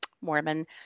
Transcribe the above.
Mormon